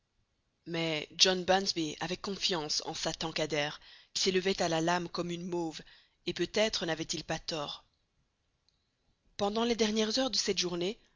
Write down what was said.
mais john bunsby avait confiance en sa tankadère qui s'élevait à la lame comme une mauve et peut-être n'avait-il pas tort pendant les dernières heures de cette journée